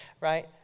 right